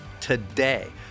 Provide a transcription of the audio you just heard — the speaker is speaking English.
today